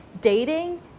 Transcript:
Dating